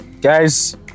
guys